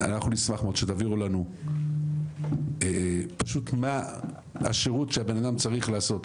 נשמח שתעבירו לנו מה השירות שבן אדם צריך לעשות,